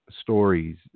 stories